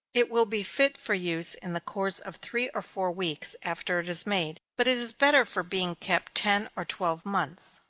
it will be fit for use in the course of three or four weeks after it is made, but it is better for being kept ten or twelve months.